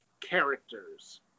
characters